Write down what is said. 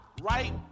right